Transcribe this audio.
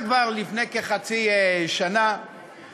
זכויות בת-הזוג של חייל המשרת